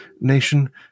Nation